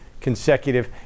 consecutive